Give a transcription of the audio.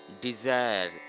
Desire